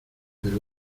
pero